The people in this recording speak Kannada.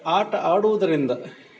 ಆಟ ಆಡುವುದರಿಂದ